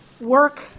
work